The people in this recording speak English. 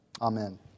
Amen